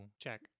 check